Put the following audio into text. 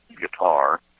guitar